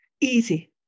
easy